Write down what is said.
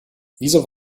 wieso